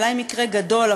ואולי מקרה גדול,